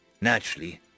Naturally